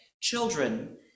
children